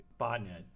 Botnet